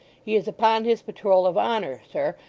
he is upon his patrole of honour, sir,